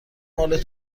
مال